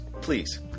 Please